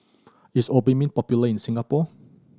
is Obimin popular in Singapore